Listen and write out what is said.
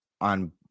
on